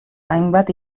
hainbat